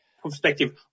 perspective